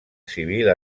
civil